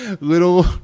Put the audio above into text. little